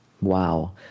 wow